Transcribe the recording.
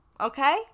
Okay